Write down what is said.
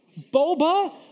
boba